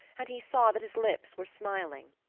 and he saw that his lips were smiling.